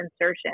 insertion